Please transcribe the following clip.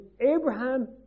Abraham